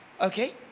Okay